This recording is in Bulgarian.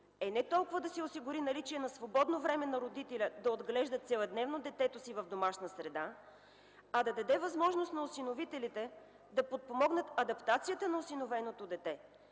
е не толкова да се осигури наличие на свободно време на родителя да отглежда целодневно детето си в домашна среда, а да даде възможност на осиновителите да подпомогнат адаптацията на осиновеното дете